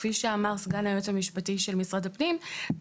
כפי שאמר סגן היועץ המשפטי של משרד הפנים,